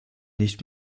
nicht